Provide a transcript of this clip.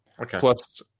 Plus